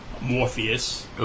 Morpheus